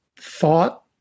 thought